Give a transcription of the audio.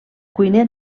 cuiner